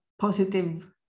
positive